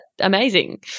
amazing